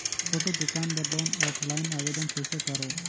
छोटे दुकान बर लोन ऑफलाइन आवेदन कइसे करो?